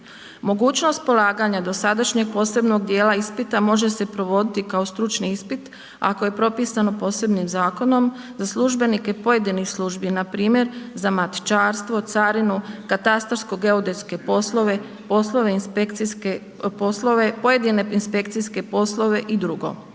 Mogućnost polaganja dosadašnjeg posebnog dijela ispita može se provoditi kao stručni ispit ako je propisano posebnim zakonom za službenike pojedinih službi npr. za matičarstvo, carinu, katastarsko geodetske poslove, poslove inspekcijske poslove,